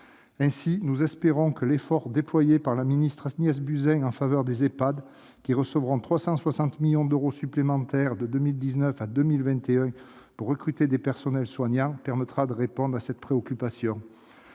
Ainsi, nous espérons que l'effort déployé par Agnès Buzyn en faveur des Ehpad, qui recevront 360 millions d'euros supplémentaires de 2019 à 2021 pour recruter des personnels soignants, permettra de répondre à cette préoccupation.